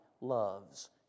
loves